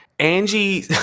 Angie